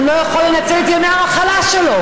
וגם לא יכול לנצל את ימי המחלה שלו.